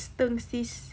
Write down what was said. steng sis